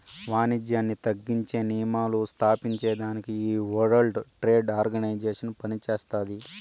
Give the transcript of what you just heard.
వానిజ్యాన్ని తగ్గించే నియమాలు స్తాపించేదానికి ఈ వరల్డ్ ట్రేడ్ ఆర్గనైజేషన్ పనిచేస్తాది